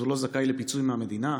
אז הוא לא זכאי לפיצוי מהמדינה?